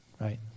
right